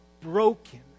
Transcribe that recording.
broken